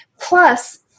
plus